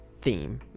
theme